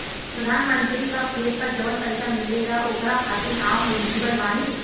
प्रधानमंत्री का खेत पर जवन पैसा मिलेगा ओकरा खातिन आम एलिजिबल बानी?